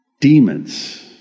Demons